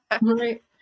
Right